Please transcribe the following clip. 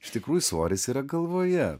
iš tikrųjų svoris yra galvoje